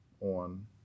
on